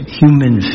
human